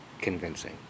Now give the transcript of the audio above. convincing